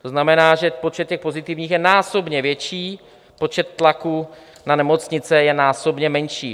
To znamená, že počet těch pozitivních je násobně větší, počet tlaků na nemocnice je násobně menší.